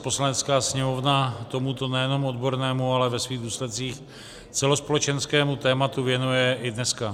Poslanecká sněmovna tomuto nejenom odbornému, ale ve svých důsledcích celospolečenskému tématu věnuje i dneska.